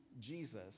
Jesus